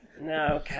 No